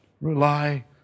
rely